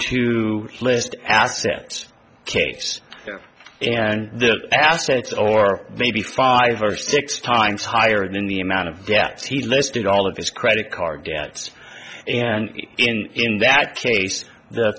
to list assets case and the assets or maybe five or six times higher than the amount of debts he listed all of his credit card debts and in that case the